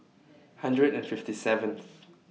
hundred and fifty seventh